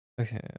Okay